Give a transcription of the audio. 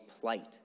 plight